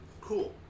Cool